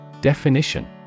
Definition